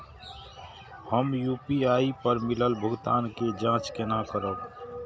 हम यू.पी.आई पर मिलल भुगतान के जाँच केना करब?